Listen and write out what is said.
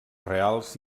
reals